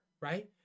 Right